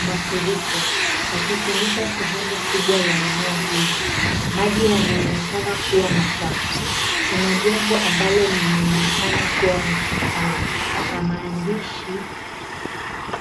Mafuriko yakifunika sehemu kubwa ya eneo hilo, maji yanaonekana kuwa machafu, kuna jengo ambalo linaonekana kuwa hospitali na maandishi